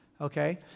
okay